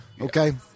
Okay